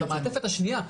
במעטפת השנייה,